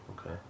Okay